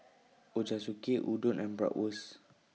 Ochazuke Udon and Bratwurst